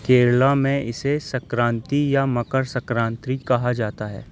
کیرلا میں اسے سنکرانتی یا مکر سنکرانتری کہا جاتا ہے